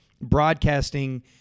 broadcasting